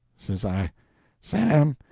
says i sam,